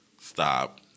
Stop